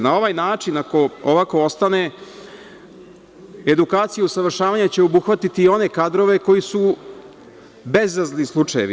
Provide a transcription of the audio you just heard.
Na ovaj način, ako ovako ostane, edukaciju i usavršavanje će obuhvatiti i one kadrove koji su bezazleni slučajevi.